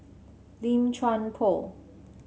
Lim Chuan Poh